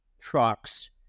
trucks